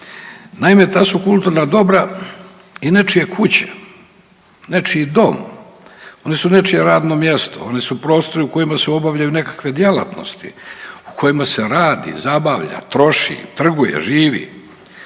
Naime, ta su kulturna dobra i nečije kuće, nečiji dom, one su nečije radno mjesto, one su prostori u kojima se obavljaju nekakve djelatnosti, u kojima se radi, zabavlja, troši, trguje, živi.